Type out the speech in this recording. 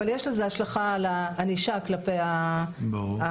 אבל יש לזה השלכה על הענישה כלפי הנאשמים,